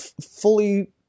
fully